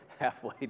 halfway